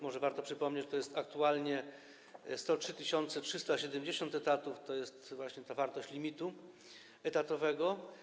Może warto przypomnieć, że to jest aktualnie 103 370 etatów, to jest właśnie ta wartość limitu etatowego.